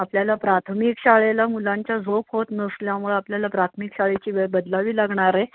आपल्याला प्राथमिक शाळेला मुलांच्या झोप होत नसल्यामुळं आपल्याला प्राथमिक शाळेची वेळ बदलावी लागणार आहे